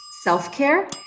Self-Care